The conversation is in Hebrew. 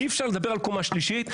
אי אפשר לדבר על קומה שלישית,